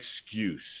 excuse